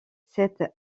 cette